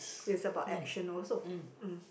it's about action also mm